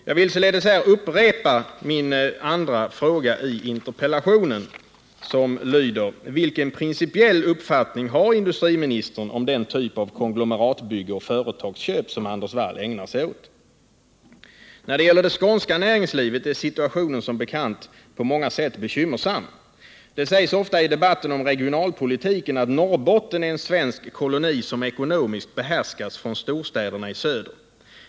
Jag vill således här upprepa min andra fråga i interpellationen, som lyder: Vilken principiell uppfattning har industriministern om den typ av konglomeratbygge och förelagsköp som Anders Wall ägnar sig åt? När det gäller det skånska näringslivet är situationen som bekant på många sätt bekymmersam. Det sägs ofta i debatten om regionalpolitiken att Norrbotten är en svensk koloni som ekonomiskt behärskas från storstäderna i söder.